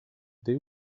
they